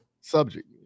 subject